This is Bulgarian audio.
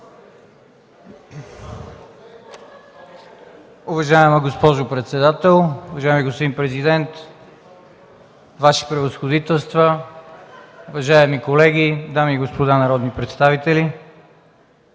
Уважаема госпожо председател, уважаеми господин Президент, Ваши Превъзходителства, уважаеми колеги, дами и господа народни представители!